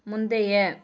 முந்தைய